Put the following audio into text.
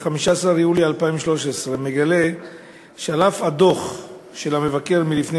ב-15 ביולי 2013 מגלה שעל אף הדוח של המבקר מלפני